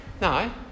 no